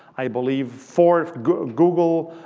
i believe four google,